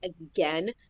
again